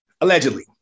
Allegedly